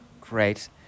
Great